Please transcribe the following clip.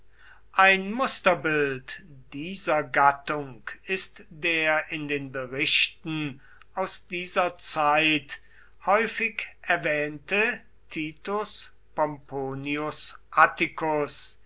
ein musterbild dieser gattung ist der in den berichten aus dieser zeit häufig erwähnte titus pomponius